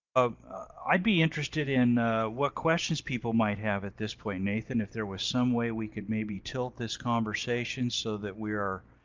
um i'd be interested in what questions people might have at this point, nathan. if there was some way we could maybe tilt this conversation so that we are.